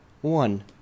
one